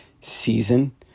season